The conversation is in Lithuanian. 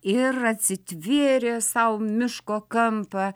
ir atsitvėrė sau miško kampą